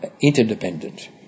interdependent